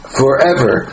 forever